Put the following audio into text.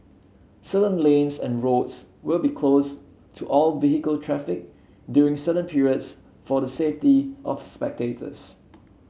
certain lanes and roads will be closed to all vehicle traffic during certain periods for the safety of spectators